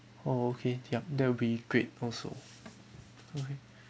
orh okay yup that'll be great also okay